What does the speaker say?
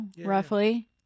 roughly